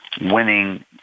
winning